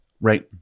Right